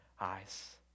eyes